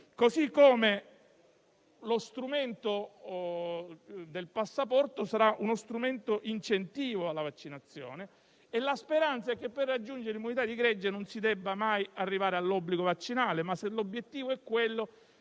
rispettare. Lo strumento del passaporto inoltre sarà un incentivo alla vaccinazione e la speranza è che per raggiungere l'immunità di gregge non si debba mai arrivare all'obbligo vaccinale, ma, se l'obiettivo è quello,